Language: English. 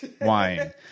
wine